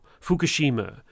Fukushima